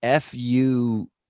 FU